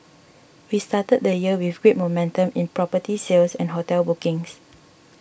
we started the year with great momentum in property sales and hotel bookings